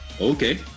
okay